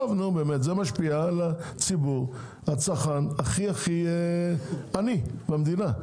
זה משפיע על הציבור, על הצרכן הכי הכי עני במדינה.